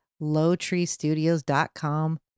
Lowtreestudios.com